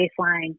baseline